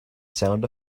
sound